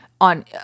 on